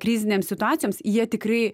krizinėms situacijoms jie tikrai